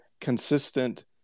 consistent